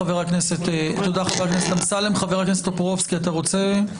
חברת הכנסת מירי רגב, בבקשה.